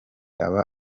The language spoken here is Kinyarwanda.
aba